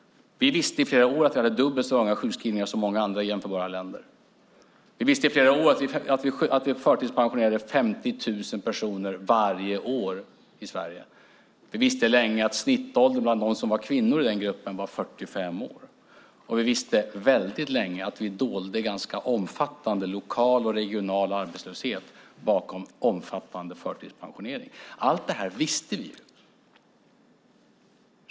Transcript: Vi visste i flera år att vi hade dubbelt så långa sjukskrivningstider som man hade i många jämförbara länder. Vi visste i flera år att vi förtidspensionerade 50 000 personer varje år i Sverige. Vi visste länge att snittåldern bland kvinnor i den gruppen var 45 år. Och vi visste väldigt länge att vi dolde ganska omfattande lokal och regional arbetslöshet bakom omfattande förtidspensionering. Allt detta visste vi.